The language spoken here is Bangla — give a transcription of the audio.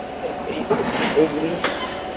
এই জিনিস